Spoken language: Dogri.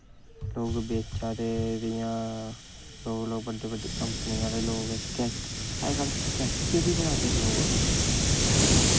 लोग बेचा दे जि'यां बड्डे बड्डे कंपनी आह्ले लोग स्कैच्च अजकल्ल स्कैच्च बी बनांदे लोग